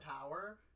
power